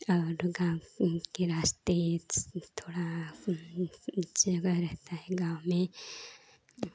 और गाँव के रास्ते थोड़ा अपना एक जगह रहता है गाँव में